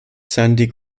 sandy